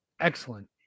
Excellent